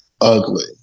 ugly